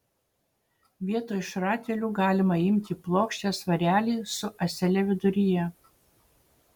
vietoj šratelių galima imti plokščią svarelį su ąsele viduryje